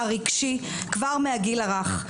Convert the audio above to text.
הרגשי כבר מהגיל הרך.